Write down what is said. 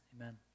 Amen